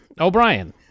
O'Brien